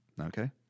Okay